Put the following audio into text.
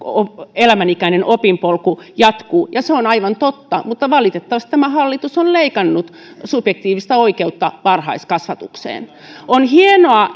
elämänikäinen opinpolku jatkuu ja se on aivan totta mutta valitettavasti tämä hallitus on leikannut subjektiivista oikeutta varhaiskasvatukseen on hienoa